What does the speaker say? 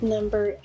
Number